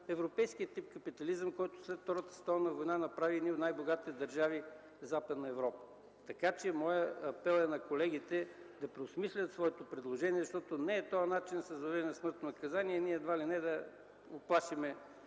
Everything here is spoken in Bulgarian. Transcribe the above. европейския тип капитализъм, който след Втората световна война направи едни от най-богатите държави в Западна Европа. Моят апел към колегите е: да преосмислят своето предложение, защото не е този начинът – с въвеждането на смъртното наказание едва ли не да уплашим